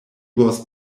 was